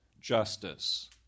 justice